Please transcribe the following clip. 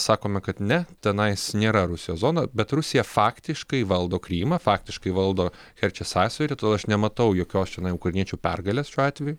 sakome kad ne tenais nėra rusijos zona bet rusija faktiškai valdo krymą faktiškai valdo kerčės sąsiaurį todėl aš nematau jokios čionai ukrainiečių pergalės šiuo atveju